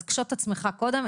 אז קשוט עצמך קודם,